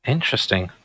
Interesting